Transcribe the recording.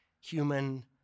human